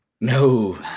No